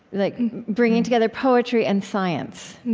like bringing together poetry and science.